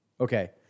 Okay